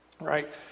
right